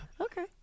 Okay